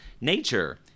Nature